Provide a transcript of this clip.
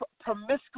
promiscuous